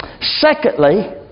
Secondly